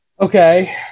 Okay